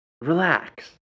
Relax